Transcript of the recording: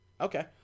Okay